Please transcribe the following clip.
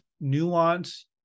nuance